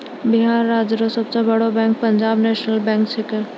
बिहार राज्य रो सब से बड़ो बैंक पंजाब नेशनल बैंक छैकै